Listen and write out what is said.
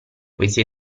poesie